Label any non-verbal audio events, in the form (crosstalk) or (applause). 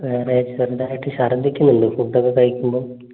ആ (unintelligible) ആയിട്ട് ഛർദ്ദിക്കുന്നുണ്ട് ഫുഡ് ഒക്കെ കഴിക്കുമ്പോൾ